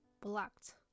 blocked